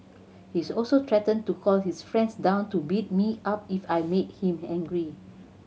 he's also threatened to call his friends down to beat me up if I made him angry